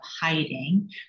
hiding